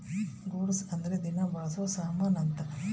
goods ಅಂದ್ರ ದಿನ ಬಳ್ಸೊ ಸಾಮನ್ ಅಂತ